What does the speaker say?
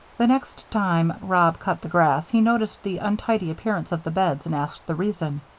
the next time rob cut the grass he noticed the untidy appearance of the beds and asked the reason.